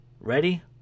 ready